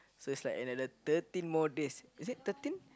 so is like another thirteen more days is it thirteen